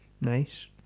Nice